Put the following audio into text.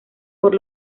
por